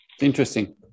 interesting